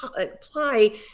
apply